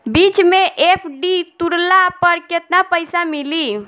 बीच मे एफ.डी तुड़ला पर केतना पईसा मिली?